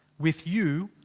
with you,